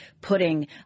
putting